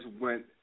went